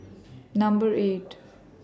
Number eight